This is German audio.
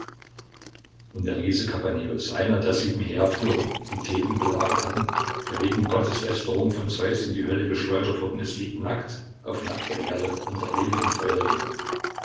und der riese kapaneus einer der sieben heerführer die theben belagert hatten der wegen gotteslästerung von zeus in die hölle geschleudert worden ist liegt nackt auf nackter erde unter ewigem feuerregen